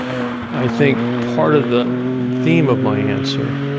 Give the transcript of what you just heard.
i think part of the theme of my answer